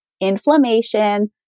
Inflammation